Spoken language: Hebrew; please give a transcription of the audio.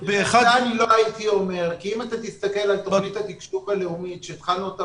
לא הייתי אומר כי אם אתה תסתכל על תוכנית התקשוב הלאומית שהתחלנו אותה